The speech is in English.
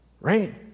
right